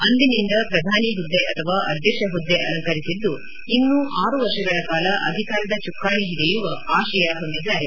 ಅಂದಿನಿಂದ ಪ್ರಧಾನಿ ಹುದ್ದೆ ಅಥವಾ ಅಧ್ಯಕ್ಷ ಹುದ್ದೆ ಅಲಂಕರಿಸಿದ್ದು ಇನ್ನೂ ಆರು ವರ್ಷಗಳ ಕಾಲ ಅಧಿಕಾರದ ಚುಕ್ಕಾಣಿ ಹಿಡಿಯುವ ಆಶಯ ಹೊಂದಿದ್ದಾರೆ